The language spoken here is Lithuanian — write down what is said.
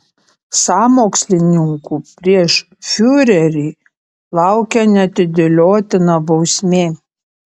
sąmokslininkų prieš fiurerį laukia neatidėliotina bausmė